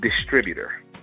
Distributor